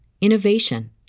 innovation